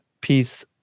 piece